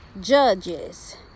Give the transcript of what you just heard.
judges